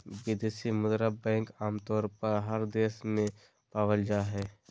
विदेशी मुद्रा बैंक आमतौर पर हर देश में पावल जा हय